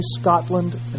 Scotland